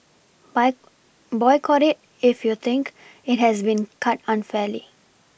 by Boycott it if you think it has been cut unfairly